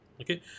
okay